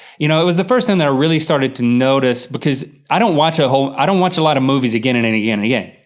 you know, it was the first thing that i really started to notice, because i don't watch a whole, i don't watch a lot of movies again and and again and again.